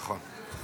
נכון.